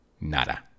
nada